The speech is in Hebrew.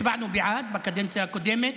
הצבענו בעד בקדנציה הקודמת,